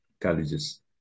colleges